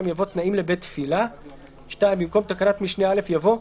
יבוא "תנאים לבית תפילה"; (2) במקום תקנת משנה (א) יבוא: